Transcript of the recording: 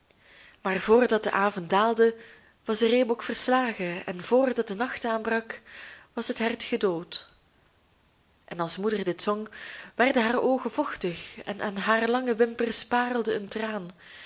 maar voordat de avond daalde was de reebok verslagen en voordat de nacht aanbrak was het hert gedood en als moeder dit zong werden haar oogen vochtig en aan haar lange wimpers parelde een traan